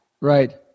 right